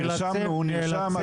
הוא נרשם.